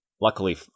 luckily